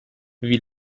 wie